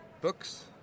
books